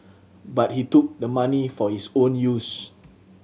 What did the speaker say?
but he took the money for his own use